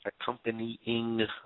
accompanying